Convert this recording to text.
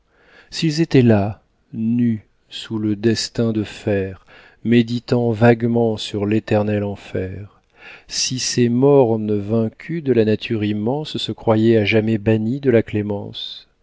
s'ils étaient là nus sous le destin de fer méditant vaguement sur l'éternel enfer si ces mornes vaincus de la nature immense se croyaient à jamais bannis de la clémence